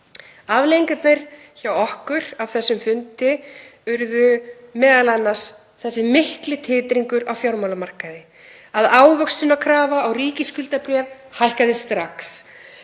Afleiðingarnar hjá okkur af þessum fundi urðu m.a. þessi mikli titringur á fjármálamarkaði, að ávöxtunarkrafa á ríkisskuldabréf hækkaði strax.